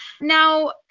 Now